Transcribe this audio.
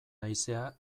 haizea